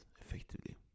effectively